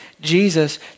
Jesus